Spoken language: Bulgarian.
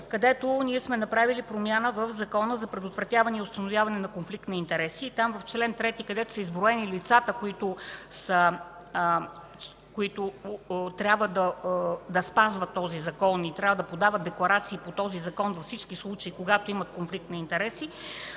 където ние сме направили промяна в Закона за предотвратяване и установяване на конфликт на интереси. Там в чл. 3, където са изброени лицата, които трябва да спазват този Закон и трябва да подават декларации по този Закон за всички случаи, когато имат конфликт на интереси,